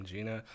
Gina